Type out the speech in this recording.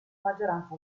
maggioranza